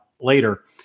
later